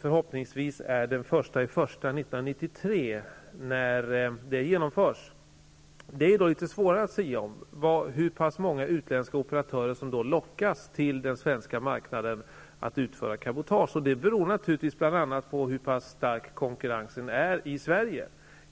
förhoppningsvis den 1 januari 1993, är litet svårare att sia om. Det är fråga om hur pass många utländska operatörer som lockas till den svenska marknaden att utföra cabotage. Det beror naturligtvis bl.a. på hur stark konkurrensen är i Sverige.